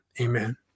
amen